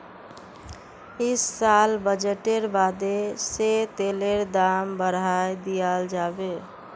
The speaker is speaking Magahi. इस साल बजटेर बादे से तेलेर दाम बढ़ाय दियाल जाबे